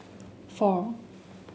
four